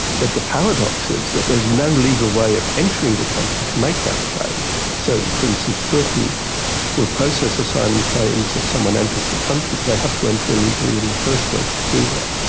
but the paradox is that there's no legal way of entering the country to make that claim so for instance, britain will process asylum claims if someone enters the country, but they have to enter illegally in the first place to do that.